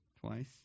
twice